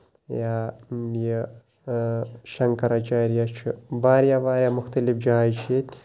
یا یہِ شنکر اچاریا چھِ واریاہ واریاہ مُختٔلِف جایہِ چھِ ییٚتہِ